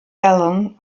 allen